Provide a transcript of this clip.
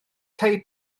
tai